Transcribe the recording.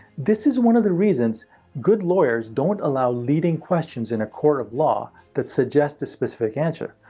this is one of the reasons good lawyers don't allow leading questions in a court of law that suggest a specific answer.